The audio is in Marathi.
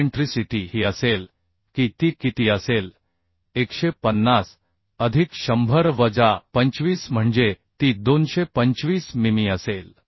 इसेंट्रिसिटी ही असेल की ती किती असेल 150 अधिक 100 वजा 25 म्हणजे ती 225 मिमी असेल